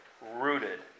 rooted